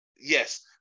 Yes